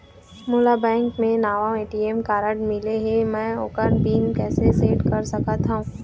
मोला बैंक से नावा ए.टी.एम कारड मिले हे, म ओकर पिन कैसे सेट कर सकत हव?